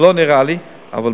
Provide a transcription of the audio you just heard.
שלא נראה לי שאני